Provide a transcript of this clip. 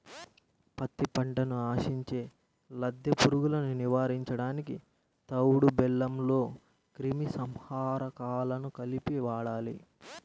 పత్తి పంటను ఆశించే లద్దె పురుగులను నివారించడానికి తవుడు బెల్లంలో క్రిమి సంహారకాలను కలిపి వాడాలి